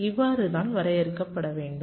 இவ்வாறு தான் வரையறுக்கப்படவேண்டும்